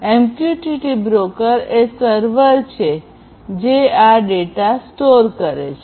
MQTT broker એ server છે જે આ ડેટા સ્ટોર કરે છે